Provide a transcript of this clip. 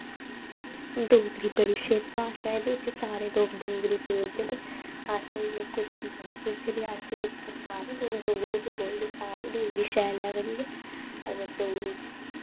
डोगरी बड़ी शैल भाशा ऐ ते इत्थै सारे लोक डोगरी बोलदे ते अस इत्थै रेआसी बिच ते सारे लोक डोगरी गै बोलदे सारे डोगरी शैल लगदी ते अगर डोगरी